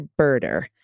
Birder